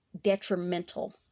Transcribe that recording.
detrimental